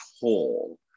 whole